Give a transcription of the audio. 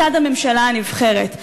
מצד הממשלה הנבחרת.